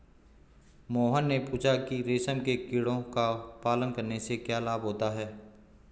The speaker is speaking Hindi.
मोहन ने पूछा कि रेशम के कीड़ों का पालन करने से क्या लाभ होता है?